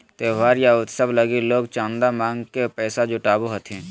त्योहार या उत्सव लगी लोग चंदा मांग के पैसा जुटावो हथिन